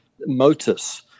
Motus